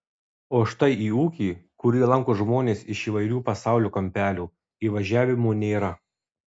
o štai į ūkį kurį lanko žmonės iš įvairių pasaulio kampelių įvažiavimo nėra